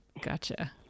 Gotcha